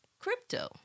crypto